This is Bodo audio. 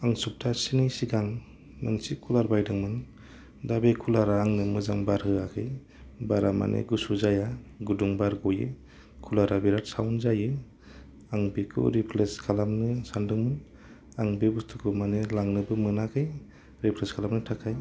आं सफथासेनि सिगां मोनसे कुलार बायदोंमोन दा बे कुलारा आंनो मोजां बार होआखै बारा माने गुसु जाया गुदुं बार गयो कुलारा बिराद साउण्ड जायो आं बेखौ रिप्लेस खालामनो सान्दोंमोन आं बे बुस्थुखौ माने लांनोबो मोनाखै रिप्लेस खालामनो थाखाय